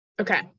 Okay